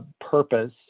purpose